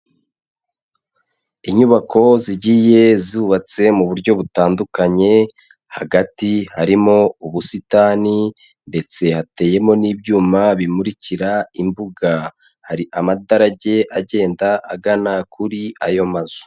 Inyubako zigiye zubatse mu buryo butandukanye, hagati harimo ubusitani ndetse hateyemo n'ibyuma bimurikira imbuga, hari amadarage agenda agana kuri ayo mazu.